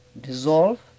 dissolve